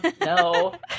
no